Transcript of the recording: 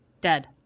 Dead